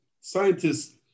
scientists